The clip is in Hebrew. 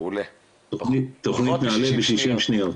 תוכנית נעל"ה ב-60 שניות.